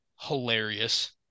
Hilarious